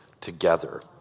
together